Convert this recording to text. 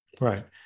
Right